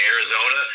Arizona